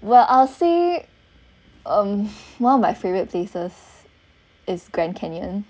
well I'll say um one of my favorite places is grand canyon